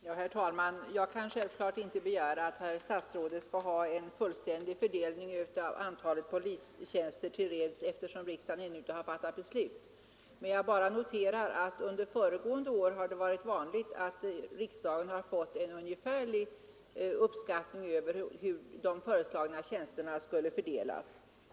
Herr talman! Självfallet kan jag inte begära att herr statsrådet skall ha en fullständig fördelning av antalet polistjänster till reds, eftersom riksdagen ännu inte har fattat något beslut. Jag noterar bara att det under tidigare år har varit vanligt att riksdagen har fått en ungefärlig uppskattning av hur de föreslagna tjänsterna skulle fördelas.